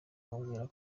mubwira